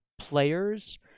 players